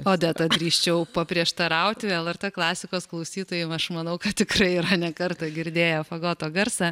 odeta drįsčiau paprieštarauti lrt klasikos klausytojai aš manau kad tikrai yra ne kartą girdėję fagoto garsą